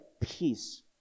peace